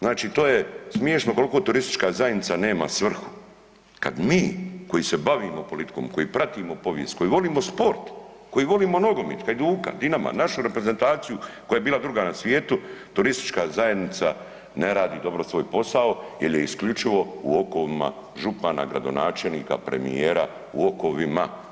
Znači, to je smiješno koliko turistička zajednica nema svrhu kad mi koji se bavimo politikom, koji pratimo povijest, koji volimo sport, koji volimo nogomet, Hajduka, Dinama, našu reperezentaciju koja je bila 2. na svijetu, turistička zajednica ne radi dobro svoj posao jel je isključivo u okovima župana, gradonačelnika, premijera, u okovima.